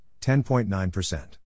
10.9%